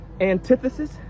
antithesis